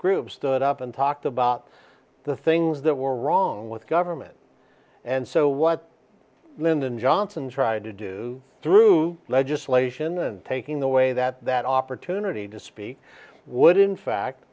group stood up and talked about the things that were wrong with government and so what lyndon johnson's tried to do through legislation and taking the way that that opportunity to speak would in fact